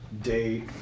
day